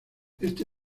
este